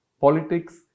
politics